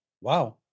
wow